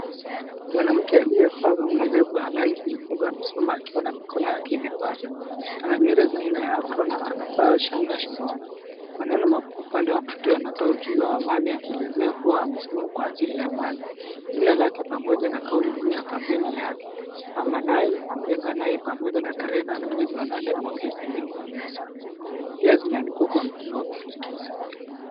Mwanamke alivaa gauni refu la rangi nyekundu amesimama akiwa na mikono yake imepana, ana nywele za aina ya afro na anavaa shanga shingoni, maneno mafupi upande wa kushoto yanatoa ujumbe wa amani yakielezea kuwa amesimama kwa ajili ya amani. Jina lake pamoja na kauli mbiu ya kampeni yake, Mama Nai jenga Nai pamoja na tarehe nane mwezi wa nane mwaka wa elfu mbili kumi na saba, pia zimeandikwa kwa mtindo wa kuvutia.